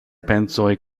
pensoj